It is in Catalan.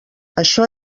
això